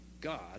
God